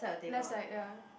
left side ya